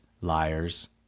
liars